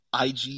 IG